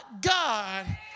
God